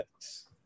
yes